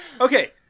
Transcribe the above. Okay